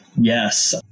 Yes